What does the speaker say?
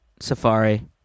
Safari